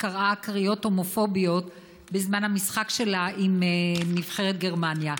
קראה קריאות הומופוביות בזמן המשחק שלה עם נבחרת גרמניה,